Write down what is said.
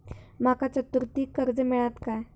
माका चतुर्थीक कर्ज मेळात काय?